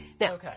Now